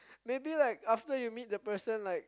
maybe like after you meet the person like